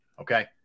okay